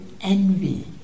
envy